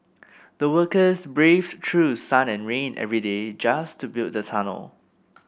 the workers braved through sun and rain every day just to build the tunnel